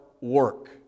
work